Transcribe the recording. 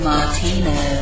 Martino